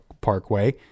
parkway